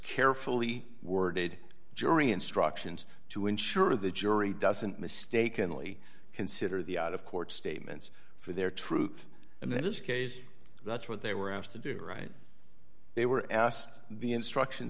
carefully worded jury instructions to ensure the jury doesn't mistakenly consider the out of court statements for their truth and this case that's what they were asked to do right they were asked the instruction